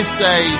say